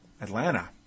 Atlanta